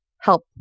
help